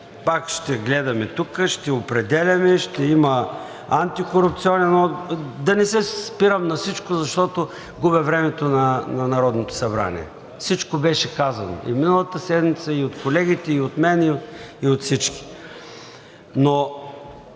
пак ще гледаме тук, ще определяме, ще има антикорупционен... Да не се спирам на всичко, защото губя времето на Народното събрание. Всичко беше казано – и миналата седмица, и от колегите, и от мен, и от всички.